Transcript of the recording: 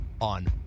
on